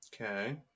Okay